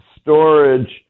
storage